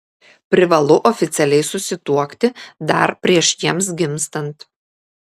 privalu oficialiai susituokti dar prieš jiems gimstant